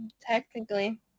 technically